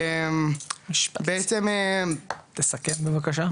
תסכם בבקשה.